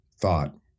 thought